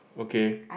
okay